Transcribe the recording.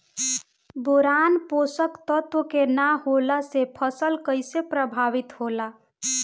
Boron पोषक तत्व के न होला से फसल कइसे प्रभावित होला?